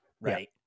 Right